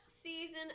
season